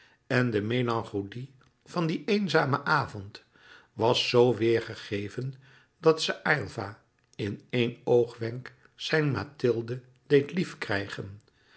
en de melancholie van dien eenzamen avond was z weêrgegeven dat ze aylva in één oogwenk zijn mathilde deed